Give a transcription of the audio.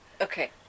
Okay